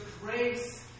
grace